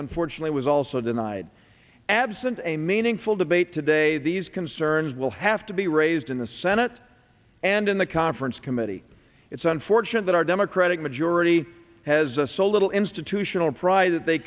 unfortunately was also denied absent a meaningful debate today these concerns will have to be raised in the senate and in the conference committee it's unfortunate that our democratic majority has a so little